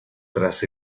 tras